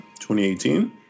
2018